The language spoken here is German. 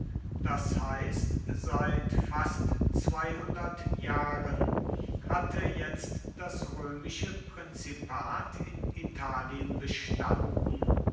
das heißt seit fast zweihundert jahren hatte jetzt das römische prinzipat in italien bestanden